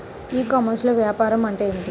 ఈ కామర్స్లో వ్యాపారం అంటే ఏమిటి?